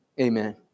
Amen